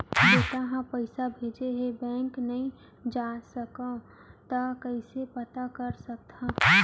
बेटा ह पइसा भेजे हे बैंक नई जाथे सकंव त कइसे पता कर सकथव?